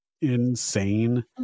insane